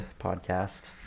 podcast